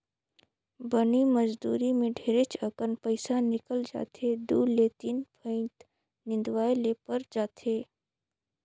बनी मजदुरी मे ढेरेच अकन पइसा निकल जाथे दु ले तीन फंइत निंदवाये ले पर जाथे